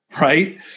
right